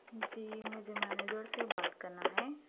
جی مجھے منیجر سے بات کرنا ہے